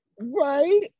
right